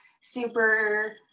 super